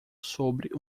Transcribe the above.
sobre